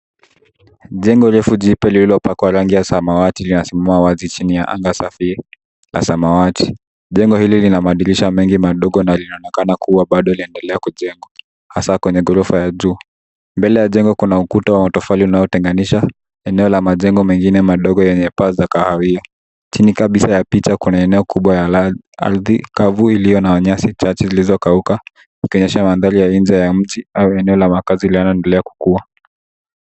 Jengo refu jipya lililopakwa rangi ya samawati linasimama wazi chini ya anga safi la samawati ,jengo hili lina madirisha mengi madogo na linaonekana kuwa bado inaendelea kujengwa hasa kwenye ghorofa ya juu, mbele ya jengo kuna ukuta wa tofali unaotenganisha eneo la majengo mengine madogo yenye paa za kahawia, chini kabisa ya picha kuna eneo kubwa ya ardhi kavu iliyo na nyasi chache zilizokauka ikionyesha mandhari nje ya mji au eneo la kazi yanayoendelea kukua.